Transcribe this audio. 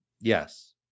Yes